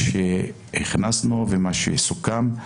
מה שהכנסנו ומה שסוכם,